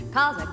Cause